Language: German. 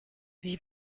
wie